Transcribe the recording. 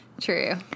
True